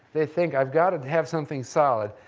they think, i've got to have something solid.